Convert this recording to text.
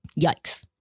Yikes